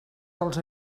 dels